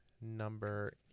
number